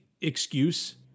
excuse